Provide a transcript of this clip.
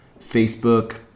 Facebook